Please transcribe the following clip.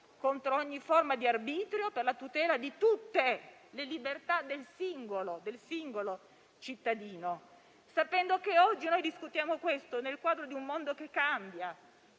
contro ogni forma di arbitrio, per la tutela di tutte le libertà del singolo cittadino, sapendo che oggi discutiamo di questo nel quadro di un mondo che cambia,